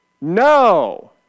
No